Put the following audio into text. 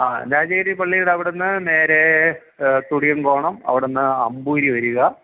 ആ ചേരി പള്ളിയുടെ അവിടുന്ന് നേരെ തുടിയം കോണം അവിടുന്ന് അമ്പൂരി വരിക